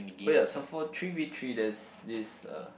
oh ya so for three V three there's this uh